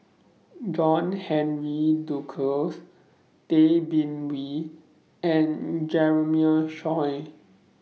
John Henry Duclos Tay Bin Wee and Jeremiah Choy